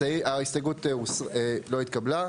הצבעה בעד 3 נגד 4 ההסתייגות לא התקבלה.